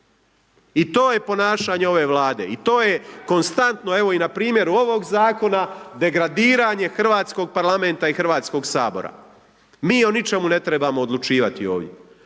I to je ponašanje ove Vlade i to je konstantno, evo, i na primjeru ovoga Zakona, degradiranje Hrvatskog Parlamenta i HS-a. Mi o ničemu ne trebamo odlučivati ovdje.